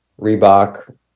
Reebok